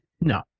No